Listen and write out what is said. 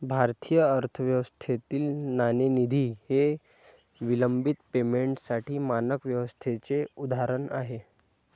भारतीय अर्थव्यवस्थेतील नाणेनिधी हे विलंबित पेमेंटसाठी मानक व्यवस्थेचे उदाहरण आहे